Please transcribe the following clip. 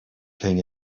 king